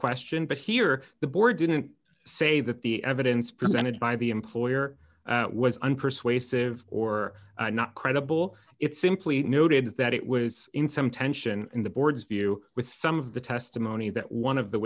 question but here the board didn't say that the evidence presented by the employer was unpersuasive or not credible it simply noted that it was in some tension in the board's view with some of the testimony that one of the